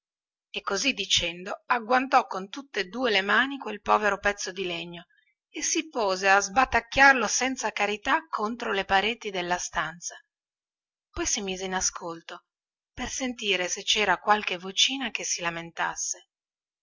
e così dicendo agguantò con tutte due le mani quel povero pezzo di legno e si pose a sbatacchiarlo senza carità contro le pareti della stanza poi si messe in ascolto per sentire se cera qualche vocina che si lamentasse